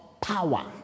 power